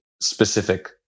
specific